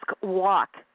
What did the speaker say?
walk